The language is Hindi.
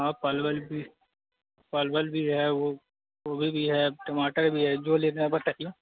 हाँ परवल भी परवल भी है वो गोभी भी है टमाटर भी है जो लेना है बताइए